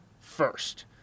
first